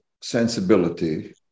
sensibility